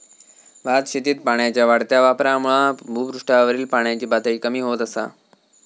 भातशेतीत पाण्याच्या वाढत्या वापरामुळा भुपृष्ठावरील पाण्याची पातळी कमी होत असा